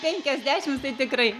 penkiasdešimts tai tikrai